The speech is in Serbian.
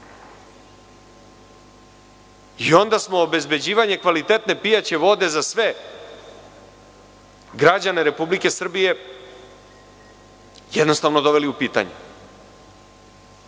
Onda smo obezbeđivanje kvalitetne pijaće vode za sve građane Republike Srbije jednostavno doveli u pitanje.